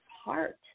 heart